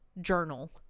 journal